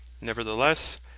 Nevertheless